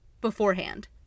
Beforehand